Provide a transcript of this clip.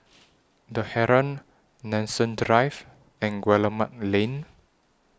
The Heeren Nanson Drive and Guillemard Lane